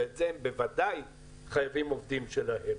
ולזה הם בוודאי חייבים עובדים שלהם.